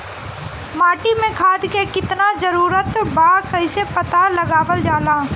माटी मे खाद के कितना जरूरत बा कइसे पता लगावल जाला?